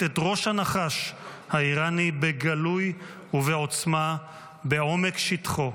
את ראש הנחש האיראני בגלוי ובעוצמה בעומק שטחו,